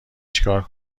چیکار